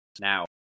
now